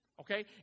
Okay